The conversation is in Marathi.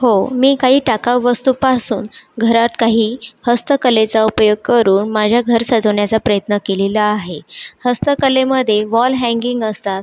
हो मी काही टाकाऊ वस्तूपासून घरात काही हस्तकलेचा उपयोग करून माझ्या घर सजवण्याचा प्रयत्न केलेला आहे हस्तकलेमध्ये वॉल हैंगिंग असतात